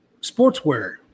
sportswear